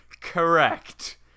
Correct